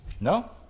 No